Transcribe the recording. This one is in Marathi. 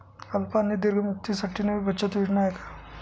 अल्प आणि दीर्घ मुदतीसाठी नवी बचत योजना काय आहे?